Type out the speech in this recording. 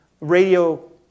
radio